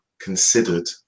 considered